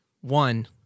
One